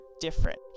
different